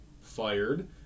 fired